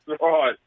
right